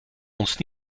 ons